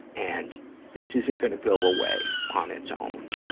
and this isn't gonna go away on its own.